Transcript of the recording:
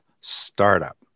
startup